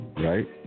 right